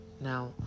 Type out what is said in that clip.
now